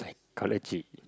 college it